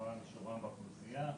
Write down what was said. משעורם באוכלוסייה.